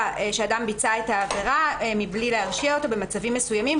שאדם ביצע עבירה מבלי להרשיע אותו במצבים מסוימים,